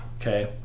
okay